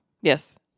Yes